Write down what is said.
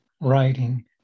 writing